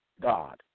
God